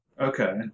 okay